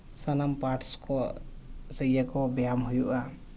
ᱥᱟᱱᱟᱢ ᱯᱟᱨᱴᱥ ᱠᱚ ᱥᱮ ᱤᱭᱟᱹ ᱠᱚ ᱵᱮᱭᱟᱢ ᱦᱩᱭᱩᱜᱼᱟ